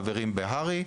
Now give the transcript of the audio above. כחברים בהר"י,